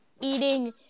eating